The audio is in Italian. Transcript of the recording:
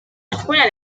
alcune